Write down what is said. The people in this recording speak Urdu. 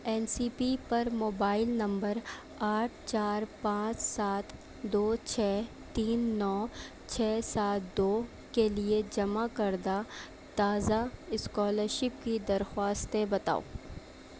این سی پی پر موبائل نمبر آٹھ چار پانچ سات دو چھ تین نو چھ سات دو کے لیے جمع کردہ تازہ اسکالرشپ کی درخواستیں بتاؤ